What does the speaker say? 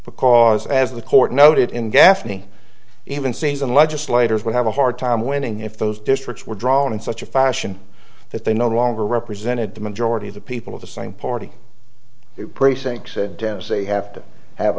because as the court noted in gaffney even seasoned legislators would have a hard time winning if those districts were drawn in such a fashion that they no longer represented the majority of the people of the same party precinct said dems they have to have